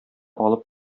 алып